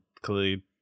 clearly